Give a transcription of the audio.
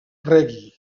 reggae